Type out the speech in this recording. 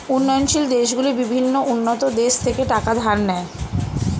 উন্নয়নশীল দেশগুলি বিভিন্ন উন্নত দেশ থেকে টাকা ধার নেয়